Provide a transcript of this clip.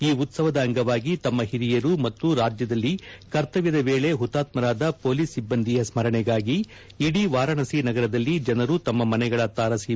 ಈ ಉತ್ಸವದ ಅಂಗವಾಗಿ ತಮ್ಮ ಹಿರಿಯರು ಮತ್ತು ರಾಜ್ಜದಲ್ಲಿ ಕರ್ತವ್ಯದ ವೇಳೆ ಹುತಾತ್ಕರಾದ ಪೊಲೀಸ್ ಸಿಬ್ಬಂದಿಯ ಸ್ತರಣೆಗಾಗಿ ಇಡೀ ವಾರಾಣಸಿ ನಗರದಲ್ಲಿ ಜನರು ತಮ್ನ ಮನೆಗಳ ತಾರು